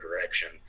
direction